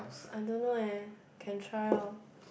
I don't know eh can try orh